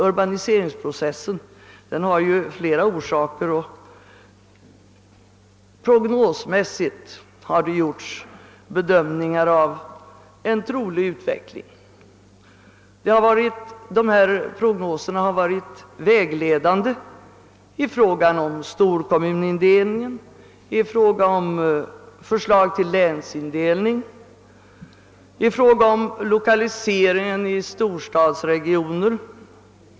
Urbaniseringsprocessen har ju flera orsaker och prognosmässigt har det gjorts bedömningar av en trolig utveckling. Dessa prognoser har varit vägledande i fråga om storkommunindelningen, i fråga om förslag till länsindelning och i fråga om lokaliseringen till storstadsregioner.